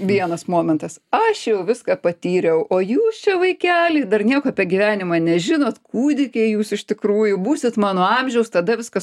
vienas momentas aš jau viską patyriau o jūs čia vaikeliai dar nieko apie gyvenimą nežinot kūdikiai jūs iš tikrųjų būsit mano amžiaus tada viską